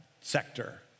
sector